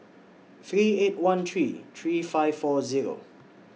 three eight one three three five four Zero